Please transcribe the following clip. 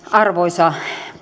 arvoisa